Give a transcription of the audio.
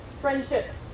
friendships